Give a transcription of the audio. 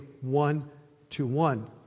one-to-one